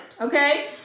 okay